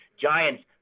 Giants